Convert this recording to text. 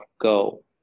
go